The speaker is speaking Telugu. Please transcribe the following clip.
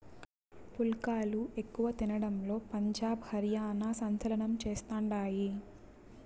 పుల్కాలు ఎక్కువ తినడంలో పంజాబ్, హర్యానా సంచలనం చేస్తండాయి